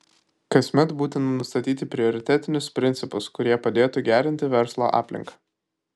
kasmet būtina nustatyti prioritetinius principus kurie padėtų gerinti verslo aplinką